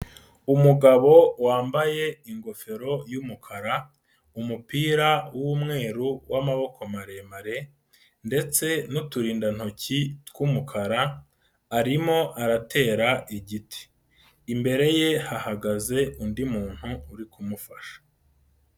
Umugabo wambaye ingofero y'umukara, umupira w'umweru w'amaboko maremare ndetse n'uturindantoki tw'umukara, arimo aratera igiti. lmbere ye hahagaze undi muntu uri kumufasha.